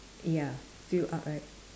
ya filled up right